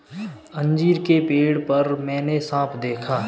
अंजीर के पेड़ पर मैंने साँप देखा